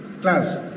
class